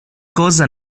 cosa